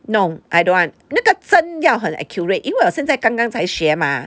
no I don't want 那个针要很 accurate 因为我现在刚刚才学吗